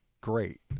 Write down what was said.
great